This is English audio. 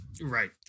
right